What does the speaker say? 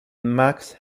max